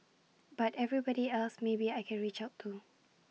but everybody else maybe I can reach out to